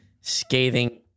scathing